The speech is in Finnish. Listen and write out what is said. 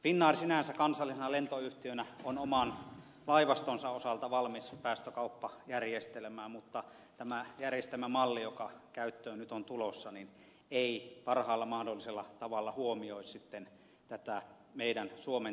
finnair sinänsä kansallisena lentoyhtiönä on oman laivastonsa osalta valmis päästökauppajärjestelmään mutta tämä järjestelmämalli joka käyttöön nyt on tulossa ei parhaalla mahdollisella tavalla huomioi tätä meidän suomen tilannetta